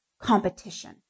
competition